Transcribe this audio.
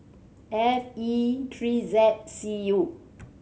F E three Z C U